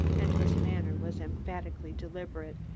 and his manner was emphatically deliberate,